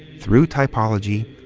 through typology,